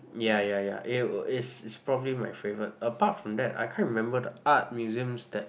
ya yeah yeah it'll it's it's probably my favorite apart from that I can't remember the art museums that